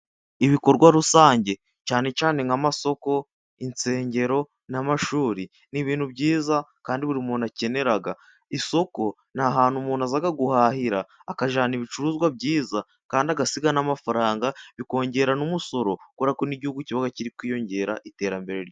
Ibikorwa rusange cyane cyane nk'amasoko, insengero n'amashuri ni ibintu byiza kandi buri muntu akenera, isoko ni hantu umuntu aza guhahira akajyana ibicuruzwa byiza kandi agasiga n'amafaranga bikongera n'umusorokora kubera ko n'igihugu kiba kiri kwiyongera iterambere.